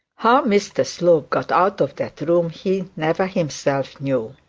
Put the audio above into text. how mr slope got out of that room he never himself knew.